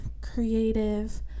creative